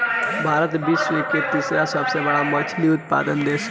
भारत विश्व के तीसरा सबसे बड़ मछली उत्पादक देश ह